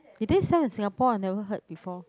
did they sell in Singapore I never heard before